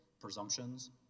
presumptions